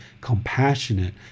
compassionate